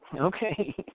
Okay